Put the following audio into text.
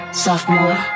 sophomore